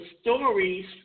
stories